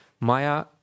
maya